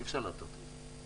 אי אפשר להטעות אותו.